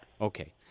Okay